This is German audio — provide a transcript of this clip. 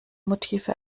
motive